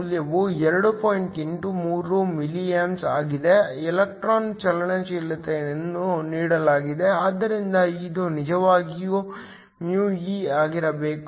83 milliamps ಆಗಿದೆ electron ಚಲನಶೀಲತೆಯನ್ನು ನೀಡಲಾಗಿದೆ ಆದ್ದರಿಂದ ಇದು ನಿಜವಾಗಿ μe ಆಗಿರಬೇಕು